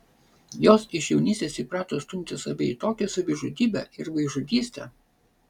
jos iš jaunystės įprato stumti save į tokią savižudybę ir vaikžudystę